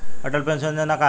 Atal pension योजना का ह?